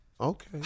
Okay